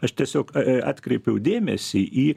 aš tiesiog atkreipiau dėmesį į